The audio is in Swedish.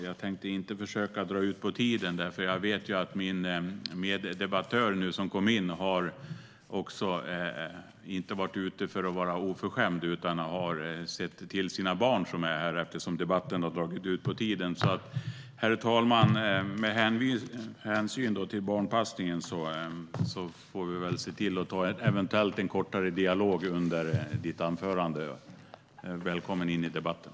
Jag tänkte inte försöka dra ut på tiden, för jag vet att min meddebattör, som just kom in, har sett till sina barn, som är här eftersom debatten har dragit ut på tiden. Med hänsyn till barnpassningen får vi väl eventuellt ta en kortare dialog efter ditt anförande. Välkommen in i debatten!